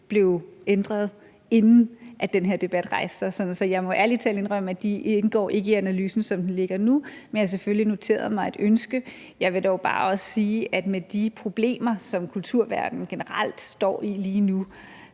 blev ændret, inden den her debat rejste sig. Så jeg må ærligt indrømme, at de ikke indgår i analysen, som den ligger nu, men jeg har selvfølgelig noteret mig et ønske om det. Jeg vil dog bare også sige, at med de problemer, som kulturverdenen generelt står i lige nu,